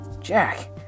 Jack